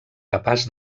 capaç